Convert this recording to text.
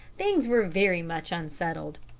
things were very much unsettled.